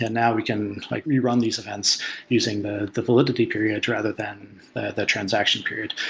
ah now we can like rerun these events using the the validity period rather than the the transaction period.